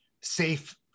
safe